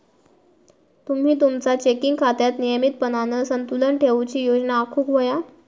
तुम्ही तुमचा चेकिंग खात्यात नियमितपणान संतुलन ठेवूची योजना आखुक व्हया